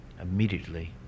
immediately